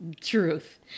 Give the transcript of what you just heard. Truth